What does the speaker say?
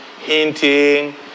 hinting